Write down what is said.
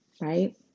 Right